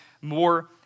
more